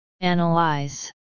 Analyze